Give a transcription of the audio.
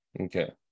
Okay